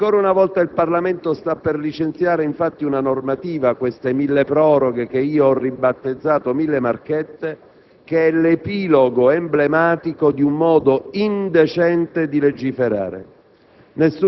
Ancora una volta, infatti, il Parlamento sta per licenziare una normativa (queste mille proroghe, che ho ribattezzato le «mille marchette») che è l'epilogo emblematico di un modo indecente di legiferare: